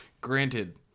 Granted